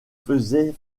faisait